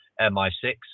MI6